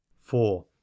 four